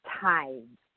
time